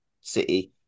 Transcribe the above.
city